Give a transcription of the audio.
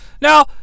Now